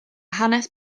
hanes